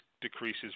decreases